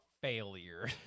failure